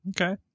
Okay